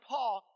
Paul